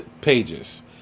pages